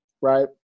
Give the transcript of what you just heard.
right